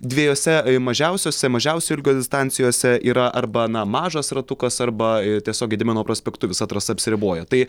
dviejose mažiausiose mažiausio ilgio distancijose yra arba na mažas ratukas arba tiesiog gedimino prospektu visa trasa apsiriboja tai